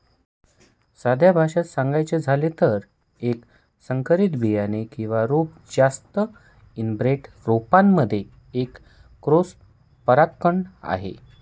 साध्या भाषेत सांगायचं झालं तर, एक संकरित बियाणे किंवा रोप जास्त एनब्रेड रोपांमध्ये एक क्रॉस परागकण आहे